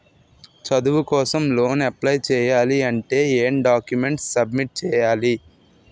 చదువు కోసం loan apply చేయాలి అంటే ఎం డాక్యుమెంట్స్ సబ్మిట్ చేయాలి?